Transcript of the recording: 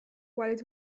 while